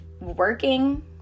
working